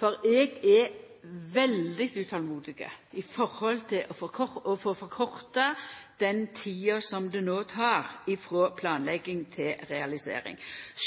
for eg er veldig utolmodig etter å få forkorta den tida som det no tek frå planlegging til realisering,